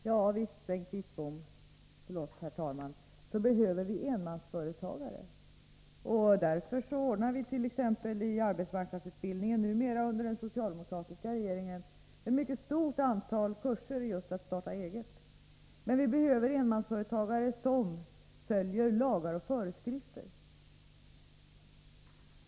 Herr talman! Visst, Bengt Wittbom, behöver vi enmansföretagare. Därför ordnar vi under den socialdemokratiska regeringen numera inom arbetsmarknadsutbildningen ett mycket stort antal kurser just i att starta eget. Men vi behöver enmansföretagare som följer lagar och föreskrifter.